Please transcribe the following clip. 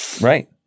right